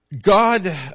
God